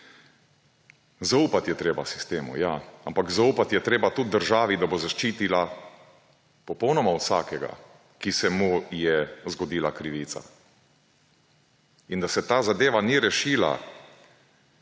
Zaupati je treba sistemu. Ja, ampak zaupati je treba tudi državi, da bo zaščitila popolnoma vsakega, ki se mu je zgodila krivica. In da se ta zadeva ni rešila